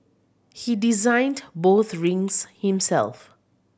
he designed both rings himself